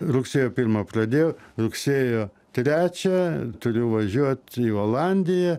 rugsėjo pirmą pradėjo rugsėjo trečią turiu važiuot į olandiją